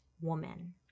woman